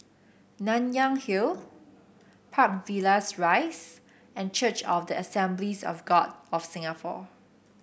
Nanyang Hill Park Villas Rise and Church of the Assemblies of God of Singapore